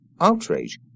outrage